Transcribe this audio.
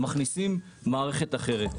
ומכניסים מערכת אחרת.